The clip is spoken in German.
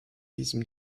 diesem